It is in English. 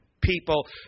people